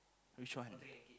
which one